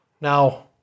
Now